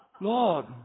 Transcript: Lord